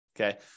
okay